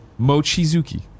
Mochizuki